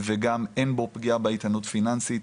וגם אין בו פגיעה באיתנות פיננסית,